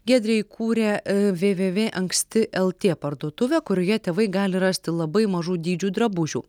giedrė įkūrė vė vė vė anksti lt parduotuvė kurioje tėvai gali rasti labai mažų dydžių drabužių